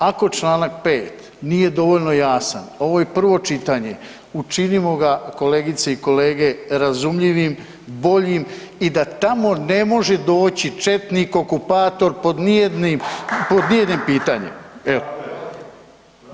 Ako čl. 5. nije dovoljno jasan, ovo je prvo čitanje, učinimo ga kolegice i kolege razumljivim, boljim i da tamo ne može doći četnik i okupator pod nijednim pitanjem, evo.